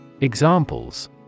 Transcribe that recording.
Examples